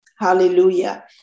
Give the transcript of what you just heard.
Hallelujah